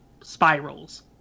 spirals